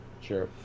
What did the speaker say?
Sure